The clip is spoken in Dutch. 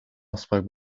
afspraak